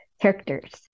characters